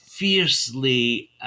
fiercely